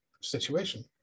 situation